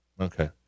Okay